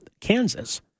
Kansas